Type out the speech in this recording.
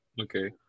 Okay